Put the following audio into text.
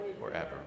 forever